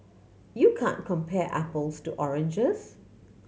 you can't compare apples to oranges